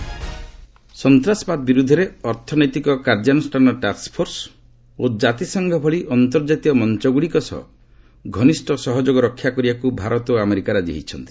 India US ସନ୍ତାସବାଦ ବିରୁଦ୍ଧରେ ଅର୍ଥନୈତିକ କାର୍ଯ୍ୟାନୁଷ୍ଠାନ ଟାକ୍ୱଫୋର୍ସ ଓ ଜାତିସଂଘ ଭଳି ଅନ୍ତର୍ଜାତୀୟ ମଞ୍ଚଗୁଡ଼ିକ ସହ ଘନିଷ୍ଠ ସହଯୋଗ ରକ୍ଷା କରିବାକୁ ଭାରତ ଓ ଆମେରିକା ରାଜି ହୋଇଛନ୍ତି